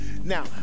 Now